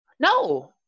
No